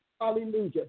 hallelujah